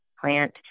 plant